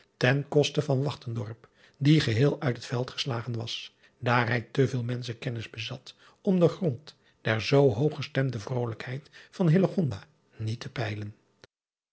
ten koste van die geheel uit het veld geslagen was daar hij te veel meschenkennis bezat om den grond der zoo hoog gestemde vrolijkheid van niet te peilen